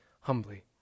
humbly